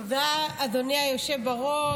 תודה, אדוני היושב בראש.